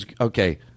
Okay